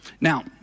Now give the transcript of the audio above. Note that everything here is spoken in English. Now